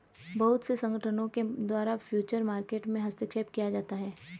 बहुत से संगठनों के द्वारा फ्यूचर मार्केट में हस्तक्षेप किया जाता है